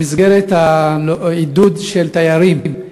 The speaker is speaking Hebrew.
במסגרת העידוד של תיירים,